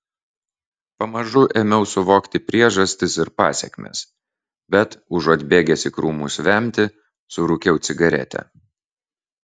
pamažu ėmiau suvokti priežastis ir pasekmes bet užuot bėgęs į krūmus vemti surūkiau cigaretę